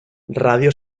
radio